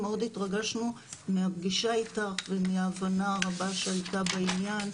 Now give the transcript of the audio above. מאוד התרגשנו מהפגישה איתך ומההבנה הרבה שהייתה בעניין,